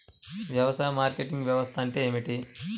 వ్యవసాయ మార్కెటింగ్ వ్యవస్థ అంటే ఏమిటి?